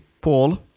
Paul